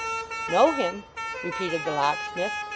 know him repeated the locksmith.